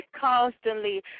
constantly